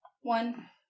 One